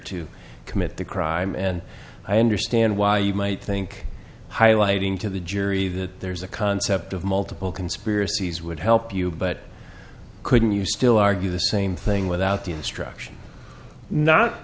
to commit the crime and i understand why you might think highlighting to the jury that there's a concept of multiple conspiracies would help you but couldn't you still argue the same thing without the instruction not